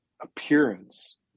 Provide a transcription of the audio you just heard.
appearance